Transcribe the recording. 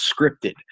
scripted